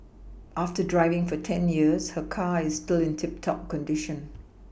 after driving for ten years her car is still in tip top condition